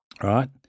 right